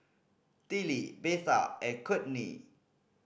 Tillie Betha and Kourtney